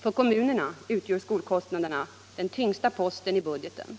För kommunerna utgör skolkostnaderna den tyngsta posten i budgeten.